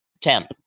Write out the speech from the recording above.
temp